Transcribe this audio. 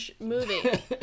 movie